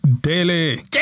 daily